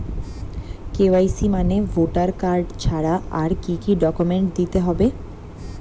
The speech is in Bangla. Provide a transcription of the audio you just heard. কে.ওয়াই.সি মানে ভোটার কার্ড ছাড়া আর কি কি ডকুমেন্ট দিতে হবে?